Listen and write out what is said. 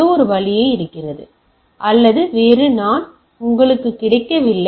ஏதோ ஒரு வழி இருக்கிறது அல்லது வேறு நான் உங்களுக்கு கிடைக்கவில்லை